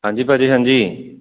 ਹਾਂਜੀ ਭਾਅ ਜੀ ਹਾਂਜੀ